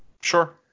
Sure